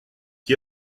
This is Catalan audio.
qui